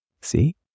See